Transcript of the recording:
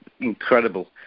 incredible